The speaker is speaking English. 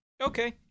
Okay